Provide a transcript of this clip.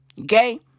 Okay